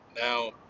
Now